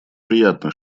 приятно